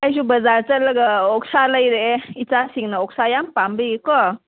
ꯑꯩꯁꯨ ꯕꯥꯖꯥꯔ ꯆꯠꯂꯒ ꯑꯣꯛꯁꯥ ꯂꯩꯔꯛꯑꯦ ꯏꯆꯥꯁꯤꯡꯅ ꯑꯣꯛꯁꯥ ꯌꯥꯝ ꯄꯥꯝꯕꯒꯤ ꯀꯣ